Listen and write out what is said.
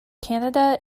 canada